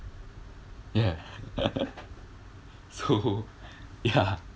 ya so ya